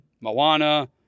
Moana